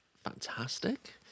fantastic